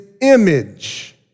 image